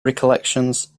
recollections